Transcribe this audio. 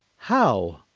how?